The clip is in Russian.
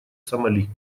сомали